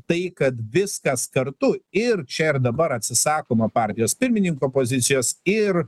tai kad viskas kartu ir čia ir dabar atsisakoma partijos pirmininko pozicijos ir